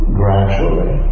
gradually